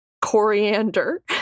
Coriander